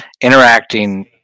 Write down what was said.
interacting